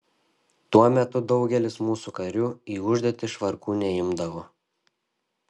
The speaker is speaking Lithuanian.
tuo metu daugelis mūsų karių į užduotis švarkų neimdavo